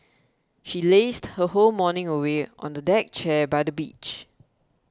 she lazed her whole morning away on a deck chair by the beach